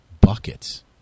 buckets